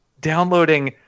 downloading